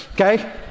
Okay